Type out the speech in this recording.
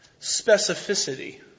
specificity